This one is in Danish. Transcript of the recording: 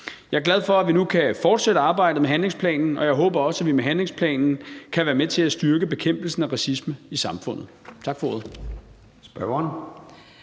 Jeg er glad for, at vi nu kan fortsætte arbejdet med handlingsplanen, og jeg håber også, at vi med handlingsplanen kan være med til at styrke bekæmpelsen af racisme i samfundet. Tak for ordet.